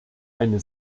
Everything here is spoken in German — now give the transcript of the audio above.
eine